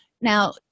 Now